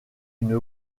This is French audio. une